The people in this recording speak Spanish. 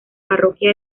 parroquia